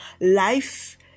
Life